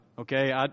Okay